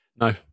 No